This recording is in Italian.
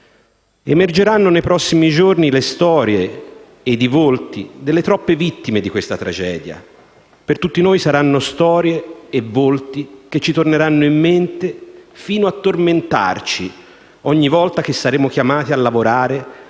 Emergeranno nei prossimi giorni le storie ed i volti delle troppe vittime di questa tragedia; per tutti noi saranno storie e volti che ci torneranno in mente, fino a tormentarci, ogni volta che saremo chiamati a lavorare